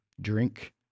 drink